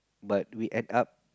but we end up